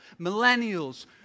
millennials